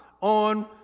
on